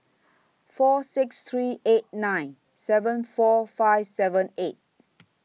four six three eight nine seven four five seven eight